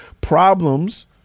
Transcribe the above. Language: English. problems